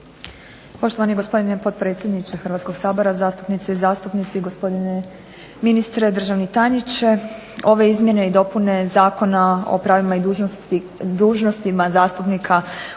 Poštovani gospodine potpredsjednice Hrvatskog sabora, zastupnice i zastupnici, gospodine ministre, državni tajniče. Ove izmjene i dopune Zakona o pravima i dužnostima zastupnika u Hrvatskom saboru